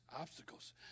obstacles